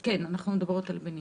כן, אנחנו מדברות על הבניין.